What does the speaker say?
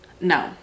No